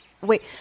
Wait